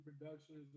Productions